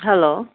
hello